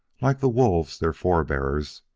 like the wolves, their forebears,